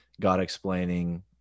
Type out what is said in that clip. God-explaining